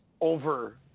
over